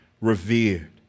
revered